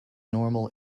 normal